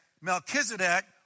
Melchizedek